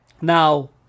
now